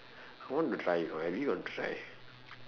I want to try you know at least I want to try